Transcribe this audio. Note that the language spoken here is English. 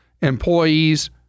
employees